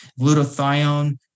glutathione